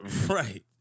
Right